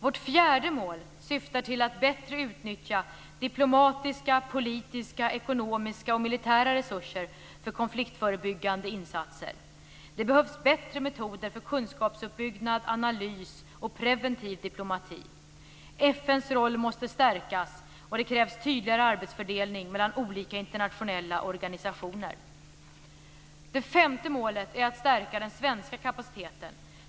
Vårt fjärde mål syftar till att bättre utnyttja diplomatiska, politiska, ekonomiska och militära resurser för konfliktförebyggande insatser. Det behövs bättre metoder för kunskapsuppbyggnad, analys och preventiv diplomati. FN:s roll måste stärkas, och det krävs en tydligare arbetsfördelning mellan olika internationella organisationer. Det femte målet är att stärka den svenska kapaciteten.